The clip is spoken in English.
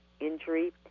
injury